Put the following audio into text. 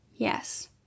yes